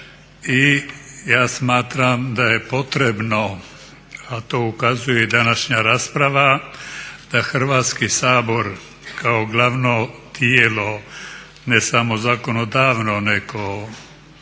i ja smatram da je potrebno, a to ukazuje i današnja rasprava da Hrvatski sabor kao glavno tijelo ne samo zakonodavno, nego